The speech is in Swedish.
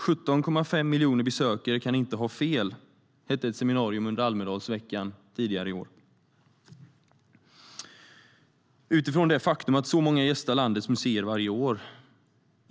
17,5 miljoner besökare kan inte ha fel, hette ett seminarium under Almedalsveckan tidigare i år, utifrån det faktum att så många gästar landets museer varje år.